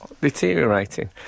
deteriorating